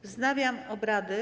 Wznawiam obrady.